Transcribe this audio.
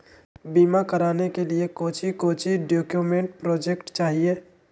बीमा कराने के लिए कोच्चि कोच्चि डॉक्यूमेंट प्रोजेक्ट चाहिए?